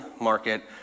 market